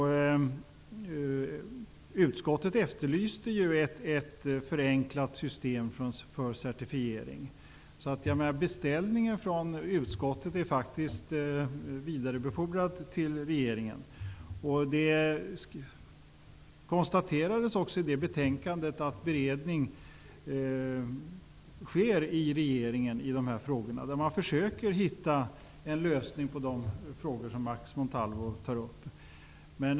Utskottet efterlyste ett förenklat system för certifiering. Beställningen från utskottet är faktiskt vidarebefordrad till regeringen. I det betänkandet konstaterades det också att det sker en beredning av dessa frågor i regeringen. Man försöker hitta en lösning på de frågor som Max Montalvo tar upp.